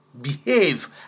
behave